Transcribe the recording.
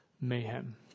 mayhem